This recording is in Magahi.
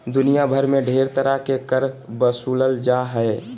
दुनिया भर मे ढेर तरह के कर बसूलल जा हय